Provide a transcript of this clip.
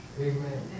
Amen